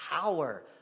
power